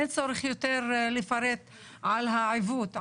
אין צורך יותר לפרט על העיוות,